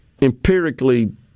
empirically